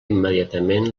immediatament